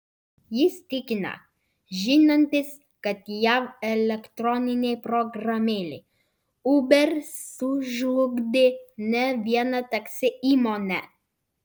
jis tikina žinantis kad jav elektroninė programėlė uber sužlugdė ne vieną taksi įmonę